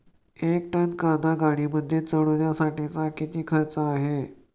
एक टन कांदा गाडीमध्ये चढवण्यासाठीचा किती खर्च आहे?